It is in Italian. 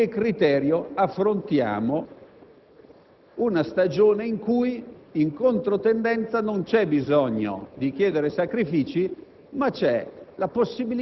Con che criterio affrontiamo una stagione in cui, in controtendenza, non c'è bisogno di chiedere sacrifici,